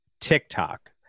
TikTok